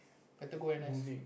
better go N_S